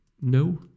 No